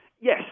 Yes